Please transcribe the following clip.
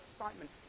excitement